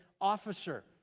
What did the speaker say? officer